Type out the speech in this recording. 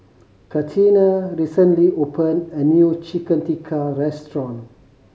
Catina recently opened a new Chicken Tikka restaurant